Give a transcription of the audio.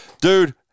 dude